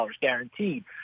guaranteed